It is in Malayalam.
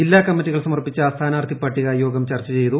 ജില്ലാ കമ്മിറ്റികൾ സമർപ്പിച്ച സ്ഥാനാർത്ഥി പട്ടിക യോഗം ചർച്ച ചെയ്തു